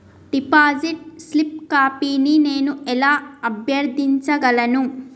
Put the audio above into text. Deposit slip కాపీని నేను ఎలా అభ్యర్థించగలను?